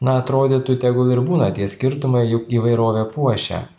na atrodytų tegul ir būna tie skirtumai juk įvairovė puošia